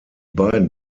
beiden